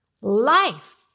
life